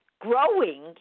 growing